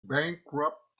bankrupt